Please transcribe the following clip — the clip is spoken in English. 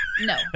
No